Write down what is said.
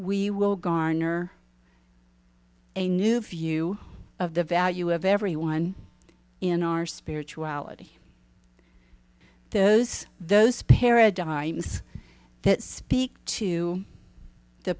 we will garner a new view of the value of everyone in our spirituality those those paradigms that speak to the